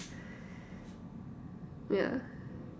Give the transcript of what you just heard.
yeah